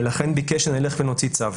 ולכן ביקש שנלך ונוציא צו.